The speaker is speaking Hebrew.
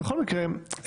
בכל מקרה,